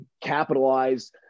capitalize